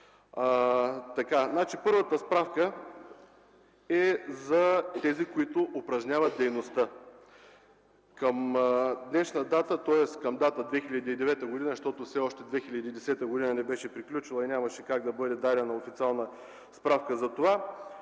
Първата справка е за тези, които упражняват дейността. Към днешна дата, тоест към дата 2009 г., защото все още 2010 г. не беше приключила и нямаше как да бъде дадена официална справка, има